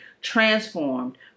transformed